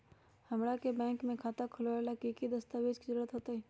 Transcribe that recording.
हमरा के बैंक में खाता खोलबाबे ला की की दस्तावेज के जरूरत होतई?